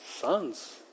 sons